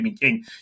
King